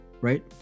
right